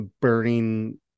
burning